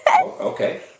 Okay